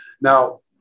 now